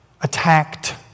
attacked